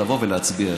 לבוא ולהצביע ישר.